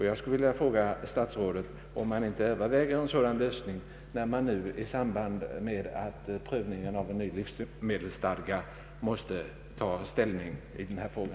Jag vill fråga statsrådet om han inte överväger en sådan lösning, när han nu i samband med prövningen av en ny livsmedelslagstiftning måste ta ställning till denna fråga.